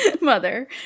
mother